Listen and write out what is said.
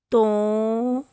ਤੋਂ